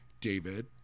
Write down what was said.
David